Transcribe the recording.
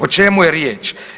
O čemu je riječ?